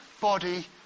body